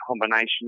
combination